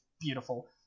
beautiful